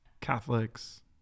Catholics